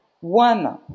one